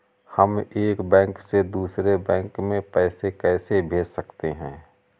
हम एक बैंक से दूसरे बैंक में पैसे कैसे भेज सकते हैं?